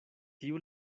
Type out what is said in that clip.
tiu